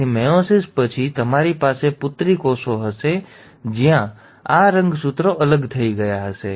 તેથી મેયોસિસ પછી તમારી પાસે પુત્રી કોષો હશે જ્યાં આ રંગસૂત્રો અલગ થઈ ગયા હશે